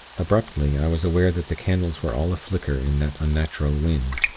abruptly, i was aware that the candles were all a-flicker in that unnatural wind.